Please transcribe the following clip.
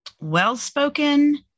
well-spoken